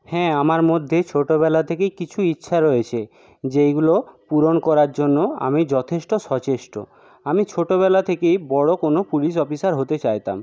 হ্যাঁ আমার মধ্যে ছোটোবেলা থেকেই কিছু ইচ্ছা রয়েছে যেইগুলো পূরণ করার জন্য আমি যথেষ্ট সচেষ্ট আমি ছোটোবেলা থেকেই বড় কোনো পুলিশ অফিসার হতে চাইতাম